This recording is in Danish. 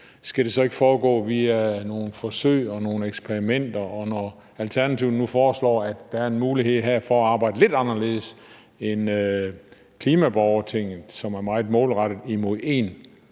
skal det så ikke foregå via nogle forsøg og eksperimenter? Alternativet peger nu på, at der her er en mulighed for at arbejde lidt anderledes, end man gør i klimaborgertinget, som er meget målrettet mod en